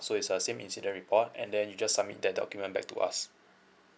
so it's a same incident report and then you just submit that document back to us